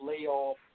layoff